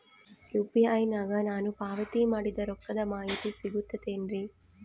UPI ನಾಗ ನಾನು ಪಾವತಿ ಮಾಡಿದ ರೊಕ್ಕದ ಮಾಹಿತಿ ಸಿಗುತೈತೇನ್ರಿ?